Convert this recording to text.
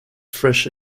fresh